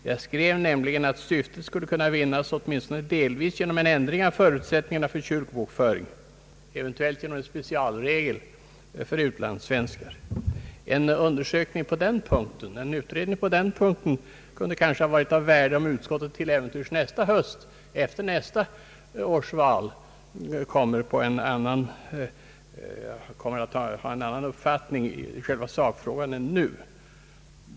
Jag har nämligen skrivit: »Syftet skulle också kunna vinnas, åtminstone delvis, genom en ändring av förutsättning arna för kyrkobokföring, eventuellt genom en specialregel för utlandssvenskar.» En utredning på den punkten kunde kanske ha varit av värde, om utskottet till äventyrs nästa höst, efter nästa års val, kommer att ha en annan uppfattning i själva sakfrågan än nu.